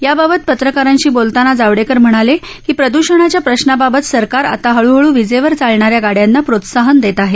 याबाबत पत्रकारांशी बोलताना जावडेकर म्हणाले की प्रद्षणाच्या प्रश्नाबाबत सरकार आता हळूहळू वीजेवर चालणा या गाड्यांना प्रोत्साहन देत आहे